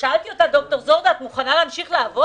כששאלתי אותה: ד"ר זורדה, את מוכנה להמשיך לעבוד?